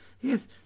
Yes